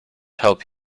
help